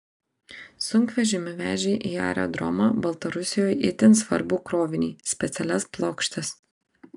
sunkvežimiu vežė į aerodromą baltarusijoje itin svarbų krovinį specialias plokštes